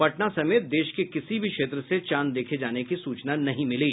पटना समेत देश के किसी भी क्षेत्र से चांद देखे जाने की सूचना नहीं मिली